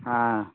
हँ